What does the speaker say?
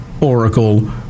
Oracle